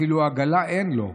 אפילו עגלה אין לו.